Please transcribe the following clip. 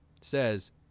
says